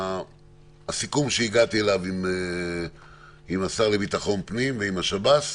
הסיכום שהגעתי אליו עם השר לביטחון פנים ועם השב"ס,